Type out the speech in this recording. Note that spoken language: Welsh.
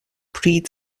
pryd